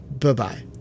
Bye-bye